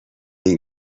این